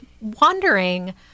wondering